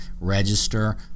register